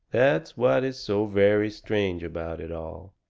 that's what is so very strange about it all.